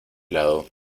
lado